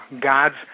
God's